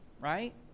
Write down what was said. right